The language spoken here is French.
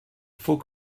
faut